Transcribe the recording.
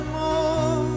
more